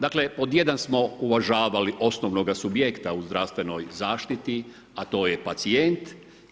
Dakle, pod jedan smo uvažavali osnovnoga subjekta u zdravstvenoj zaštiti, a to je pacijent.